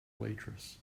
waitress